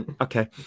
Okay